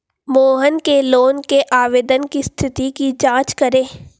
मोहन के लोन के आवेदन की स्थिति की जाँच करें